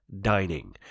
dining